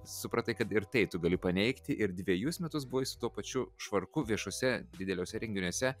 supratai kad ir tai tu gali paneigti ir dvejus metus buvai su tuo pačiu švarku viešuose dideliuose renginiuose